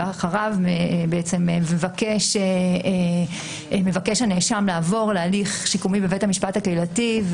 ואחריו מבקש הנאשם לעבור להליך שיקומי בבית המשפט הקהילתי,